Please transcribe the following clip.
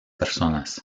personas